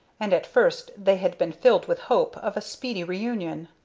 and at first they had been filled with hopes of a speedy reunion.